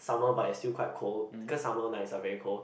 summer but it's still quite cold cause summer nights are very cold